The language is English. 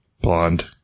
Blonde